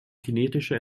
kinetischer